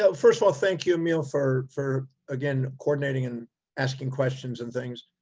ah first of all, thank you emile for for again, coordinating, and asking questions and things.